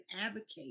advocate